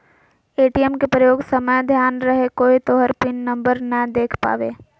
ATM के प्रयोग समय ध्यान रहे कोय तोहर पिन नंबर नै देख पावे